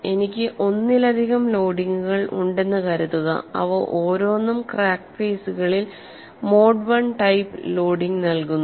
എനിക്ക് ഒന്നിലധികം ലോഡിംഗുകൾ ഉണ്ടെന്ന് കരുതുക അവ ഓരോന്നും ക്രാക്ക് ഫെയ്സുകളിൽ മോഡ് I ടൈപ്പ് ലോഡിങ് നൽകുന്നു